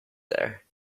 there